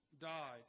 died